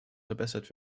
verbessert